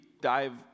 dive